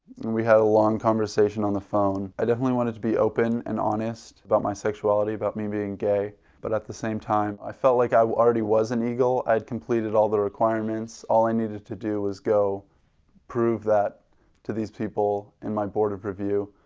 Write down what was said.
we had a long conversation on the phone i definitely wanted to be open and honest about my sexuality, about me being gay but at the same time, i felt like i was already was an eagle. i had completed all the requirements all i needed to do was go prove that to these people in my board of review.